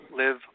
live